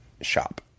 shop